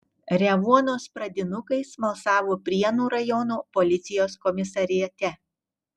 revuonos pradinukai smalsavo prienų rajono policijos komisariate